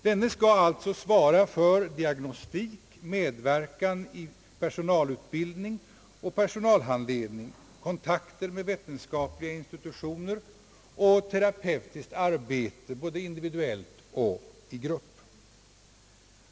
Denne skall alltså svara för diagnostik, medverkan i personalutbildning och personalhandledning, kontakter med vetenskapliga institutioner och terapeutiskt arbete både individuellt och i grupp.